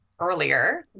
earlier